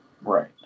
Right